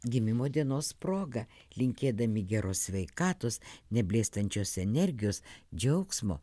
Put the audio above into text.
gimimo dienos proga linkėdami geros sveikatos neblėstančios energijos džiaugsmo